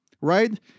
Right